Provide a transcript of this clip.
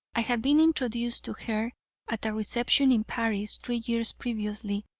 i had been introduced to her at a reception in paris three years previously,